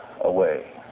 away